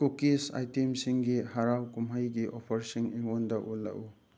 cookies ꯑꯥꯏꯇꯦꯝꯁꯤꯡꯒꯤ ꯍꯔꯥꯎ ꯀꯨꯝꯍꯩꯒꯤ ꯑꯣꯐꯔꯁꯤꯡ ꯑꯩꯉꯣꯟꯗ ꯎꯠꯂꯛꯎ